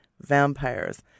vampires